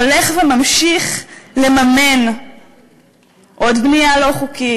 הולך וממשיך לממן עוד בנייה לא חוקית,